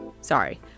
Sorry